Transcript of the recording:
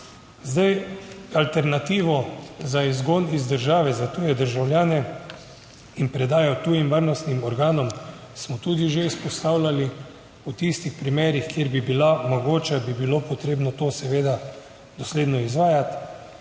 Zdaj alternativo za izgon iz države, za tuje državljane in predajo tujim varnostnim organom smo tudi že izpostavljali; v tistih primerih, kjer bi bila mogoče, bi bilo potrebno to seveda dosledno izvajati.